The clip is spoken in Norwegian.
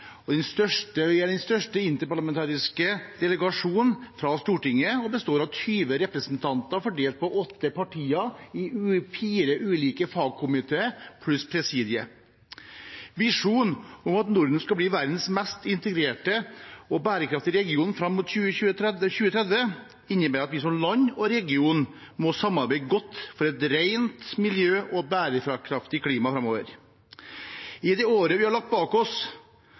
er den største interparlamentariske delegasjon fra Stortinget og består av tjue representanter fordelt på åtte partier i fire ulike fagkomiteer pluss presidiet. Visjonen om at Norden skal bli verdens mest integrerte og bærekraftige region fram mot 2030, innebærer at vi som land og region må samarbeide godt for et rent miljø og bærekraftig klima framover. I det året vi har lagt bak oss,